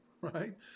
right